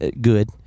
good